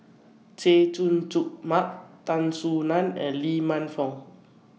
Chay Jung Jun Mark Tan Soo NAN and Lee Man Fong